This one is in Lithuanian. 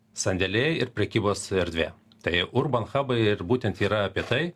sandėliai ir prekybos erdvė tai urbanchabai ir būtent yra apie tai